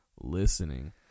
listening